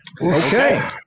Okay